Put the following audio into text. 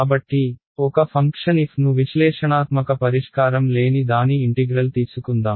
కాబట్టి ఒక function f ను విశ్లేషణాత్మక పరిష్కారం లేని దాని ఇంటిగ్రల్ తీసుకుందాం